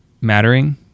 Mattering